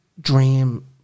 dream